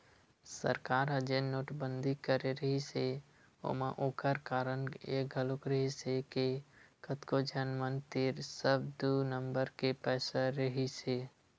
सरकार ह जेन नोटबंदी करे रिहिस हे ओमा ओखर कारन ये घलोक रिहिस हे के कतको झन मन तीर सब दू नंबर के पइसा रहिसे हे